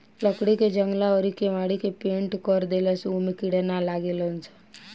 लकड़ी के जंगला अउरी केवाड़ी के पेंनट कर देला से ओमे कीड़ा ना लागेलसन